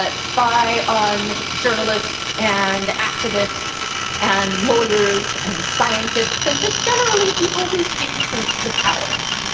ah spy on journalists and activists and lawyers and scientists and just generally people who speak truth to power.